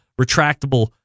retractable